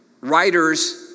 writers